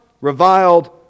reviled